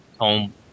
home